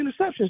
interceptions